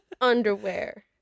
Underwear